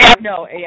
no